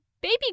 baby